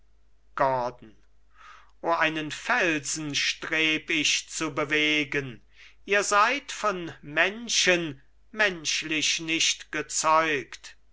o einen felsen streb ich zu bewegen ihr seid von menschen menschlich nicht gezeugt